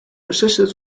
persisted